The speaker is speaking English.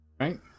Right